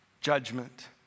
judgment